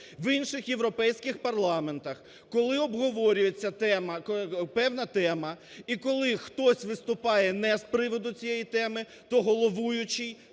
В інших європейських парламентах, коли обговорюється тема, певна теми і коли хтось виступає не з приводу цієї теми, то головуючий